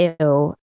ew